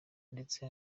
ndetse